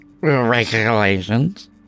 regulations